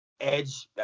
Edge